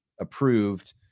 approved